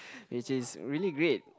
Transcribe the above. which is really great